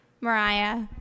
Mariah